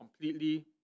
completely